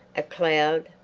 a cloud,